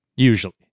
Usually